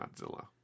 Godzilla